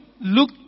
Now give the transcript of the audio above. look